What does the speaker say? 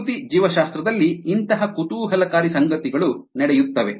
ಪ್ರಕೃತಿ ಜೀವಶಾಸ್ತ್ರದಲ್ಲಿ ಇಂತಹ ಕುತೂಹಲಕಾರಿ ಸಂಗತಿಗಳು ನಡೆಯುತ್ತವೆ